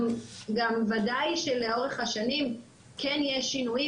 גם ודאי שלאורך השנים כן יש שינויים